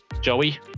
Joey